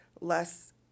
less